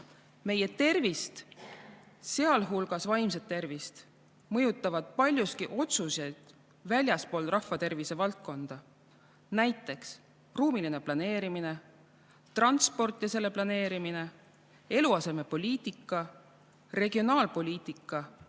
Meie tervist, sealhulgas vaimset tervist mõjutavad paljuski otsused väljaspool rahvatervise valdkonda: näiteks ruumiline planeerimine, transport ja selle planeerimine, eluasemepoliitika, regionaalpoliitika,